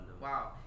Wow